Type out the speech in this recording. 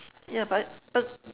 ya but but